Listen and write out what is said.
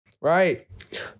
Right